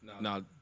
No